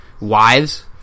wives